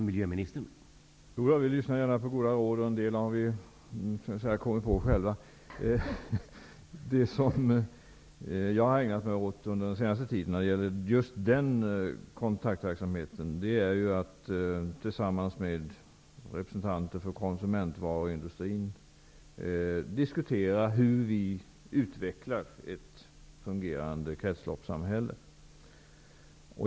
Herr talman! Jo, vi lyssnar gärna på goda råd, och en del har vi kommit på själva. Det som jag har ägnat mig åt under den senaste tiden när det gäller just kontaktverksamheten är att tillsammans med representanter för konsumentvaruindustrin diskutera hur vi utvecklar ett fungerande kretsloppssamhälle.